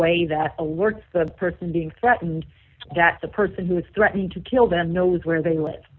way that alerts the person being threatened that the person who is threatening to kill them knows where they live